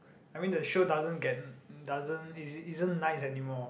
I mean the show doesn't get doesn't it isn't nice anymore